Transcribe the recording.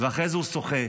ואחרי זה הוא שוחה,